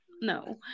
no